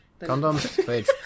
condoms